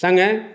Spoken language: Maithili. सङ्गहि